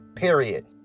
Period